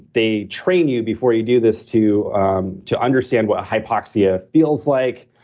they train you before you do this to um to understand what hypoxia feels like,